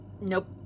nope